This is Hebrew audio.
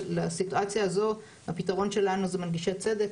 לסיטואציה הזו, הפתרון שלנו זה מנגישי צדק.